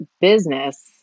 business